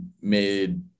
made